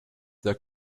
their